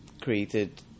created